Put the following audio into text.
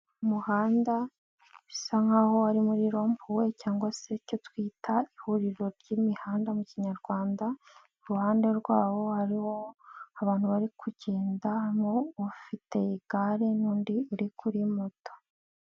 Umuhanda, bisa nkaho ari muri rompuwe cyangwa se icyo twita ihuriro ry'imihanda mu Kinyarwanda, iruhande rwawo hariho, abantu bari kugenda, ufite igare n'undi uri kuri moto.